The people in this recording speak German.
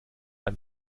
ein